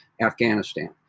Afghanistan